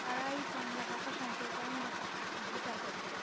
তারাই বাংলা ভাষা সম্প্রচারণ বা প্রচার করছে